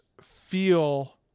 feel